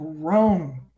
grown